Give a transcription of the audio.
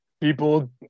people